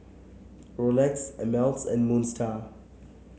Rolex Ameltz and Moon Star